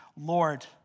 Lord